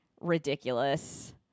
ridiculous